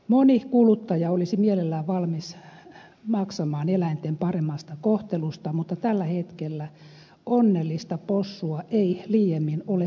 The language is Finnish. moni kuluttaja olisi mielellään valmis maksamaan eläinten paremmasta kohtelusta mutta tällä hetkellä onnellista possua ei liiemmin ole saatavilla